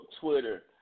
Twitter